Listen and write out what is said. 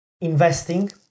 investing